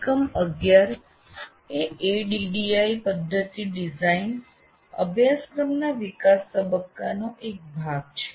એકમ 11 એ ADDIE પદ્ધતિ ડિઝાઇન અભ્યાસક્રમના વિકાસ તબક્કાનો એક ભાગ છે